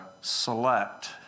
select